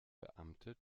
beamte